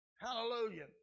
Hallelujah